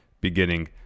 beginning